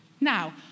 Now